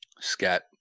scat